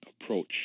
approach